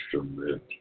instrument